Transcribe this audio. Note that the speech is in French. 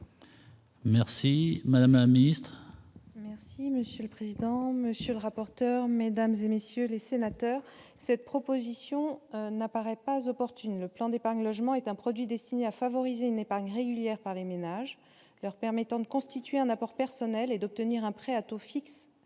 Merci madame la ministre. Merci Michel, président, monsieur le rapporteur, mesdames et messieurs les sénateurs, cette proposition n'apparaît pas opportune, le plan d'épargne logement est un produit destiné à favoriser une épargne régulière par les ménages, leur permettant de constituer un apport personnel et d'obtenir un prêt à taux fixe,